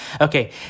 Okay